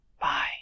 Bye